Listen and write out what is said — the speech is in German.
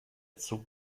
zug